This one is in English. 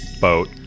boat